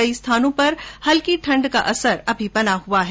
कई स्थानों पर हल्की ठंड का असर अब भी बना हुआ है